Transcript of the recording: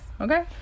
okay